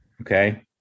Okay